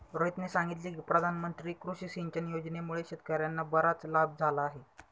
रोहितने सांगितले की प्रधानमंत्री कृषी सिंचन योजनेमुळे शेतकर्यांना बराच लाभ झाला आहे